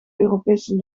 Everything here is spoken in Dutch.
europese